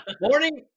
Morning